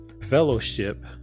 fellowship